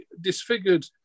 disfigured